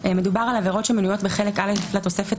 מדובר בעבירות שמנויות בחלק א' לתוספת